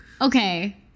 Okay